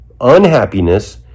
Unhappiness